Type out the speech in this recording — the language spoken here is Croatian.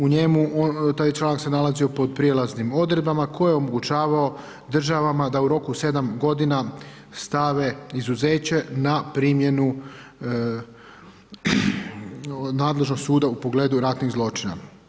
U njemu, taj članak se nalazio pod prijelaznim odredbama, koji je omogućavao državama, da u roku 7 g. stave izuzeće na primjenu nadležnog suda u pregledu ratnih zločina.